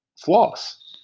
floss